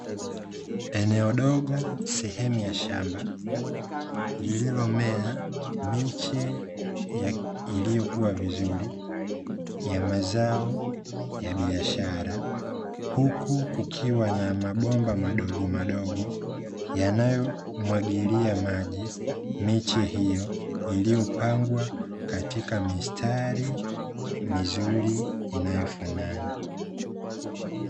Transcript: Eneo dogo sehemu ya shamba, liliomea miche iliyokuwa vizuri ya mazao ya biashara, huku kukiwa na mabomba madogomadogo yanayomwagilia maji miche hiyo iliyopangwa katika mistari mizurimizuri inayofanana.